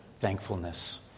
thankfulness